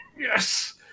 Yes